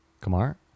Kamar